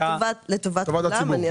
לטובת הציבור.